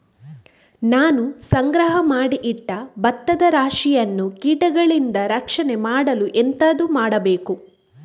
ನಾನು ಸಂಗ್ರಹ ಮಾಡಿ ಇಟ್ಟ ಭತ್ತದ ರಾಶಿಯನ್ನು ಕೀಟಗಳಿಂದ ರಕ್ಷಣೆ ಮಾಡಲು ಎಂತದು ಮಾಡಬೇಕು?